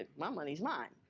ah my money's mine.